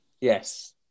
yes